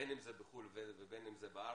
בין אם זה בחו"ל ובין אם זה בארץ,